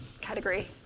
category